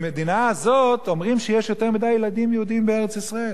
במדינה הזו אומרים שיש יותר מדי ילדים יהודים בארץ-ישראל.